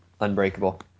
unbreakable